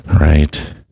right